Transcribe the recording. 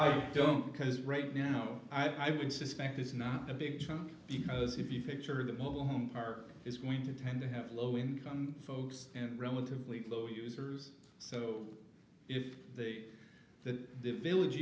little don't because right now i would suspect this is not a big chunk because if you picture that mobile home park is going to tend to have low income folks and relatively low users so if they that the village